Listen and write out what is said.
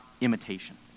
imitation